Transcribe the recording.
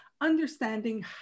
understanding